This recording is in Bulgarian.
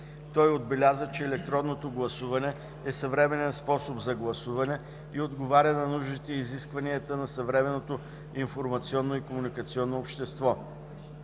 Той отбеляза, че електронното гласуване е съвременен способ за гласуване и отговаря на нуждите и изискванията на съвременното информационно и комуникационно общество.